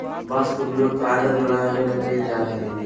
बांस के उपयोग कागज बनावे ले कइल जाय हइ